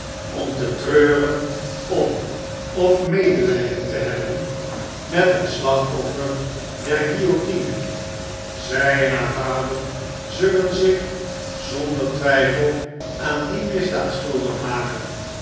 om te treuren om of medeljden te hebben met een slachtoffer der guillotine zjj en haar vader zullen zich zonder twjjfel aan die misdaad schuldig maken